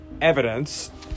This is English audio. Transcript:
evidence